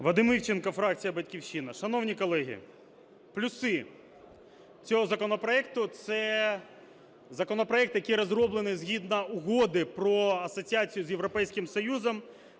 Вадим Івченко, фракція "Батьківщина". Шановні колеги, плюси цього законопроекту. Це законопроект, який розроблений згідно Угоди про асоціацію з Європейським Союзом,